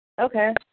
Okay